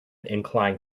inclined